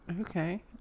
Okay